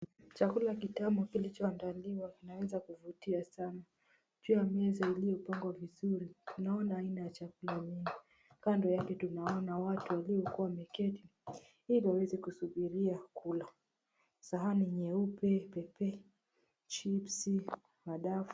Chakula kitamu kilichoandaliwa kinaweza kuvutia sana. Juu ya meza iliyopangwa vizuri, tunaona aina ya vyakula mingi. Kando yake tunaona watu waliokuwa wameketi ili waweze kusubiria kula. Sahani nyeupe pepe, chips ,madafu.